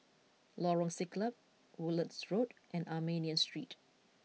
Lorong Siglap Woodlands Road and Armenian Street